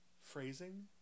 Phrasing